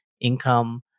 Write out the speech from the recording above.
income